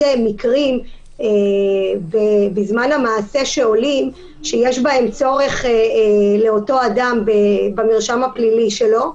מקרים שבהם יש צורך לאותו אדם במרשם הפלילי שלו,